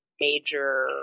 major